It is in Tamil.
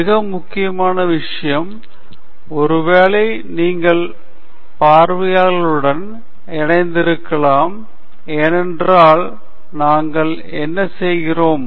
மிக முக்கியமான விஷயம் ஒருவேளை உங்கள் பார்வையாளர்களுடன் இணைந்திருக்கலாம் ஏனென்றால் நாங்கள் என்ன செய்கிறோம்